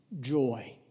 joy